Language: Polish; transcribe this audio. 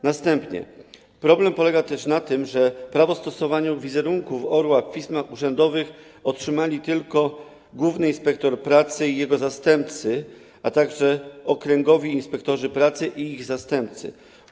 Następnie problem polega też na tym, że prawo stosowania wizerunku orła w pismach urzędowych otrzymali tylko główny inspektor pracy i jego zastępcy, a także okręgowi inspektorzy pracy i ich zastępcy.